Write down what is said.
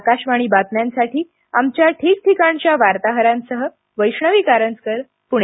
आकाशवाणी बातम्यांसाठी आमच्या ठीक ठिकाणच्या वार्ताहरांसह वैष्णवी कारंजकर पुणे